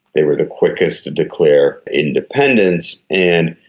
they were the quickest to declare independence. and,